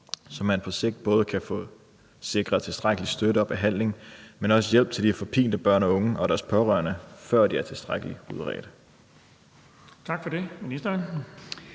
så man på sigt både kan få sikret tilstrækkelig støtte og behandling, men også hjælp til de forpinte børn og unge og deres pårørende, før de er tilstrækkeligt udredt? Skriftlig